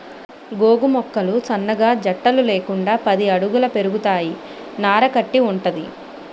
గోగు మొక్కలు సన్నగా జట్టలు లేకుండా పది అడుగుల పెరుగుతాయి నార కట్టి వుంటది